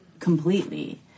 Completely